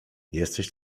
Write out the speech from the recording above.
jesteś